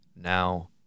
now